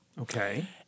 Okay